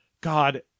God